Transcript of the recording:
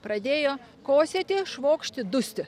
pradėjo kosėti švokšti dusti